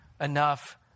enough